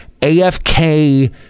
AFK